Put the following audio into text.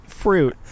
fruit